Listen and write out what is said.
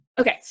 Okay